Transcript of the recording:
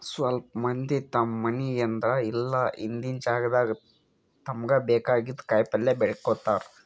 ಸ್ವಲ್ಪ್ ಮಂದಿ ತಮ್ಮ್ ಮನಿ ಎದ್ರ್ ಇಲ್ಲ ಹಿಂದಿನ್ ಜಾಗಾದಾಗ ತಮ್ಗ್ ಬೇಕಾಗಿದ್ದ್ ಕಾಯಿಪಲ್ಯ ಬೆಳ್ಕೋತಾರ್